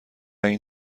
این